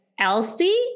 Elsie